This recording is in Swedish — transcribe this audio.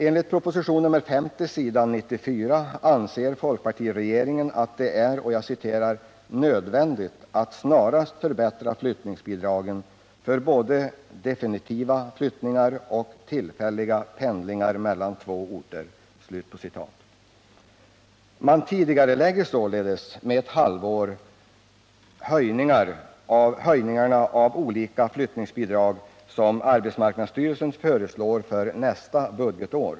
Enligt propositionen nr 50 s. 94 anser folkpartiregeringen att det är ”nödvändigt att snarast förbättra flyttningsbidragen för både definitiva flyttningar och tillfälliga pendlingar mellan två orter”. Man tidigarelägger således med ett halvår höjningarna av olika flyttningsbidrag som arbetsmarknadsstyrelsen föreslår för nästa budgetår.